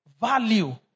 value